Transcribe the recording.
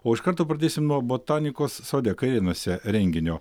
o iš karto pradėsim nuo botanikos sode kairėnuose renginio